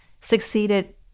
succeeded